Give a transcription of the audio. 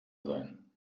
sein